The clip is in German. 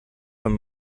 von